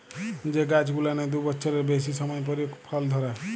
যে গাইছ গুলানের দু বচ্ছরের বেইসি সময় পইরে ফল ধইরে